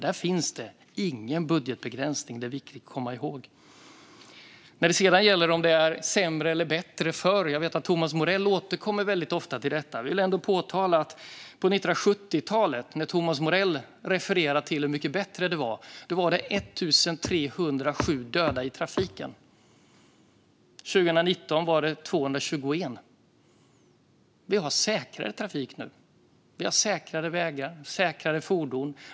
Där finns det ingen budgetbegränsning - det är viktigt att komma ihåg detta. Thomas Morell återkommer ofta till frågan om det var bättre eller sämre förr. På 1970-talet, då Thomas Morell säger att det var mycket bättre, var det 1 307 döda i trafiken. År 2019 var det 221. Vi har säkrare trafik nu. Vi har säkrare vägar och säkrare fordon.